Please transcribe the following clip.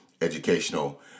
educational